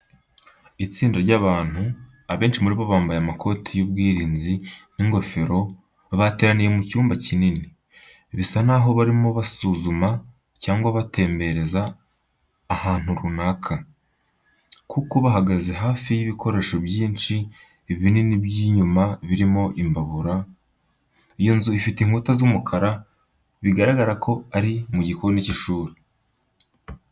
Itsinda ry'abantu, abenshi muri bo bambaye amakoti y'ubwirinzi n'ingofero, bateraniye mu cyumba kinini. Bisa naho barimo basuzuma, cyangwa batembereza ahantu runaka, kuko bahagaze hafi y'ibikoresho byinshi binini by'ibyuma birimo imbabura. Iyo nzu ifite inkuta z'umukara, bigaragara ko ari mu gikoni cy'ishuri.